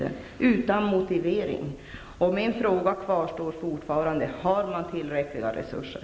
Det lämnas inte någon motivering. Min fråga kvarstår fortfarande: Finns det tillräckliga resurser?